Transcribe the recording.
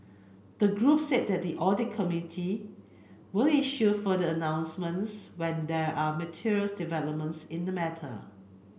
the group said that the audit committee will issue further announcements when there are material developments in the matter